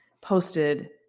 posted